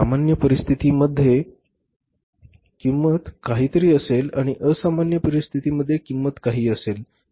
सामान्य परिस्थिती मध्ये किंमत काहीतरी असेल आणि असामान्य परिस्थितीत किंमत काही असेल